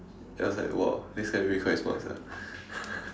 then I was like !wah! this guy really quite smart sia